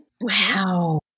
Wow